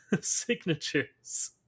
signatures